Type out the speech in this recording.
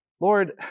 Lord